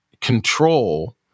control